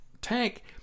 tank